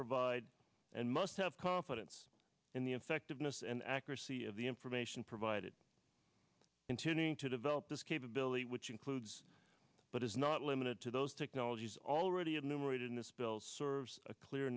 provide and must have confidence in the effectiveness and accuracy of the information provided continuing to develop this capability which includes but is not limited to those technologies already